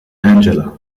angela